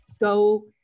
go